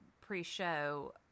pre-show